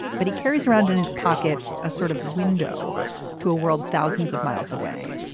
but he carries around in his pocket a sort of window to a world thousands of miles away.